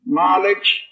Knowledge